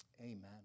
Amen